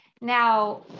Now